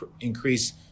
increase